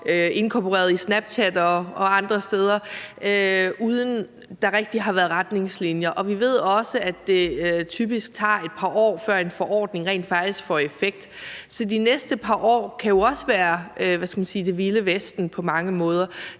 inkorporeret i Snapchat og andre steder, uden at der rigtig har været retningslinjer. Vi ved også, at det typisk tager et par år, før en forordning rent faktisk får effekt, så de næste par år kan jo også være det vilde vesten på mange måder.